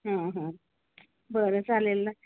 हां हां बरं चालेल ना